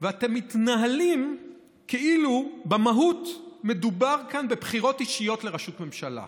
ואתם מתנהלים כאילו במהות מדובר כאן בבחירות אישיות לראשות ממשלה.